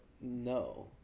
No